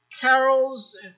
carols